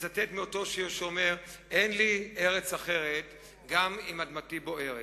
אצטט מאותו שיר שאומר "אין לי ארץ אחרת גם אם אדמתי בוערת".